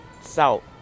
South